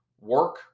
work